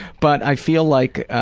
but i feel like,